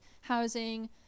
housing